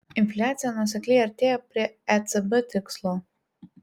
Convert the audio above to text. infliacija nuosekliai artėja prie ecb tikslo